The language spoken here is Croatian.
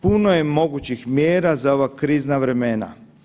Puno je mogućih mjera za ova krizna vremena.